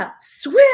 Swim